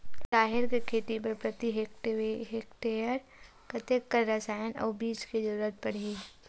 राहेर के खेती बर प्रति हेक्टेयर कतका कन रसायन अउ बीज के जरूरत पड़ही?